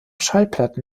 schallplatten